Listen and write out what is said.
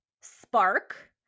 spark